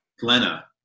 glenna